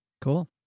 cool